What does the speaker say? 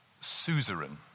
Suzerain